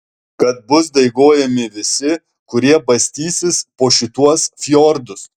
kad bus daigojami visi kurie bastysis po šituos fjordus